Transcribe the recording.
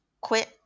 quit